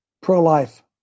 pro-life